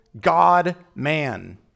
God-man